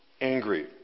angry